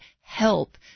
help